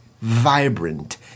vibrant